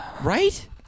right